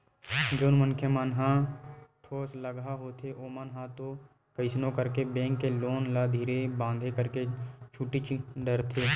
जउन मनखे मन ह ठोसलगहा होथे ओमन ह तो कइसनो करके बेंक के लोन ल धीरे बांधे करके छूटीच डरथे